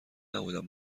نبودم